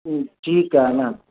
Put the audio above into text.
ठीकु आहे न